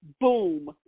boom